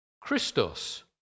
Christos